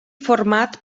format